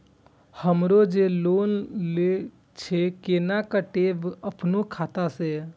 हमरो जे लोन छे केना कटेबे अपनो खाता से?